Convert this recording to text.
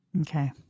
Okay